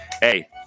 Hey